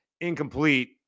incomplete